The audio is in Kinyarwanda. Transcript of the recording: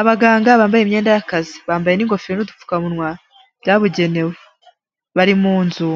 Abaganga bambaye imyenda y'akazi, bambaye n'ingofero n'udupfukamunwa byabugenewe. Bari mu nzu,